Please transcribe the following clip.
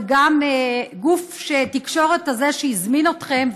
זה גם גוף תקשורת כזה שהזמין אתכם,